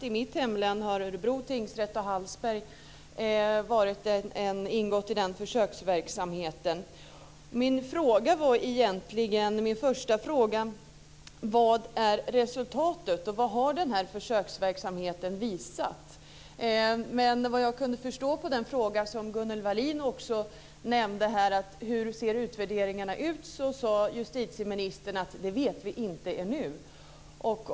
I mitt hemlän har Örebro tingsrätt och Hallsbergs tingsrätt ingått i den försöksverksamheten. Min första fråga är vilket resultatet är. Vad har denna försöksverksamhet visat? Men Gunnel Wallin ställde en fråga om hur utvärderingarna ser ut, och ministern sade att vi inte vet det ännu.